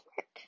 work